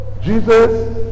Jesus